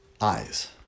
eyes